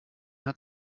hat